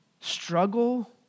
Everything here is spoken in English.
struggle